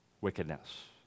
wickedness